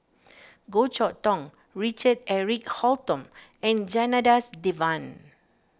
Goh Chok Tong Richard Eric Holttum and Janadas Devan